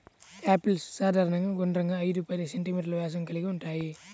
apples సాధారణంగా గుండ్రంగా, ఐదు పది సెం.మీ వ్యాసం కలిగి ఉంటాయి